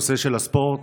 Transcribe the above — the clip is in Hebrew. נושא הספורט,